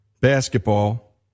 basketball